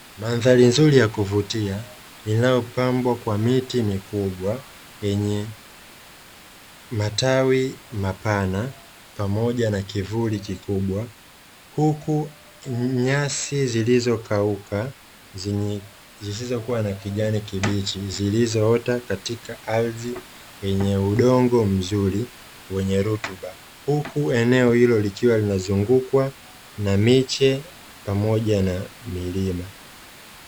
Mandhari nzuri ya kuvutia inayopambwa kwa miti mikubwa yenye matawi mapana pamoja na kivuli kikubwa, huku nyasi zilizokauka zisizokuwa na kijani kibichi, zilizo ota katika ardhi yenye udongo mzuri wenye rutuba. Huku eneo hilo likiwa linazungukwa na miche pamoja na milima.